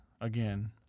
again